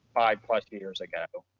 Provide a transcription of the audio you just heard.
five plus years ago.